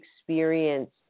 experience